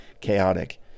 chaotic